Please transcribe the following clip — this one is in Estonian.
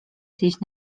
siis